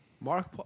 Mark